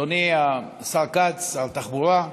אדוני השר כץ, שר התחבורה,